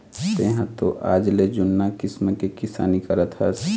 तेंहा तो आजले जुन्ना किसम के किसानी करत हस